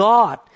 God